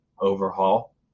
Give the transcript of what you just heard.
Overhaul